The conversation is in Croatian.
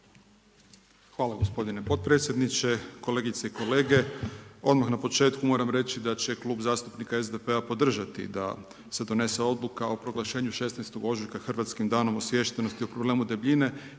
Hvala gospodine potpredsjedniče. Kolegice i kolege, odmah na početku moram reći da će Klub zastupnika SDP-a podržati da se donese odluka o proglašenju 16. ožujka hrvatskim Danom osviještenosti o problemu debljine